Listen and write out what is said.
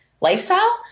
lifestyle